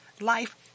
life